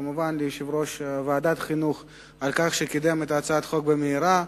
וכמובן ליושב-ראש ועדת החינוך על כך שקידם את הצעת החוק במהרה,